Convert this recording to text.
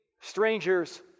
strangers